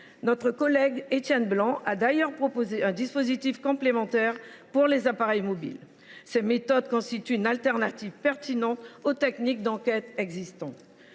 Notre collègue Étienne Blanc a d’ailleurs proposé un dispositif complémentaire pour les appareils mobiles. Ces méthodes constituent un ajout pertinent aux techniques d’enquête existantes.